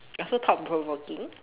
also thought provoking